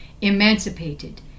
emancipated